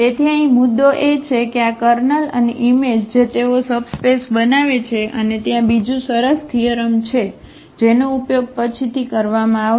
તેથી અહીં મુદ્દો એ છે કે આ કર્નલ અને ઈમેજ જે તેઓ સબસ્પેસ બનાવે છે અને ત્યાં બીજું સરસ થીઅરમ છે જેનો ઉપયોગ પછીથી કરવામાં આવશે